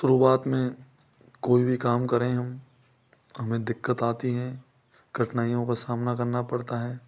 शुरुआत में कोई भी काम करें हम हमें दिक्कत आती हैं कठिनाइयों का सामना करना पड़ता है